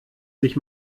sich